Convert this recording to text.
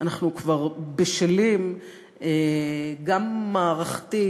אנחנו כבר בשלים גם מערכתית,